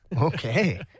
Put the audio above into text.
Okay